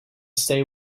stay